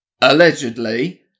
allegedly